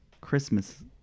Christmas